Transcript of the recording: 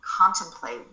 contemplate